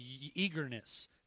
eagerness